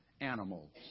animals